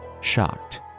Shocked